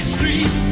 Street